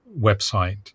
website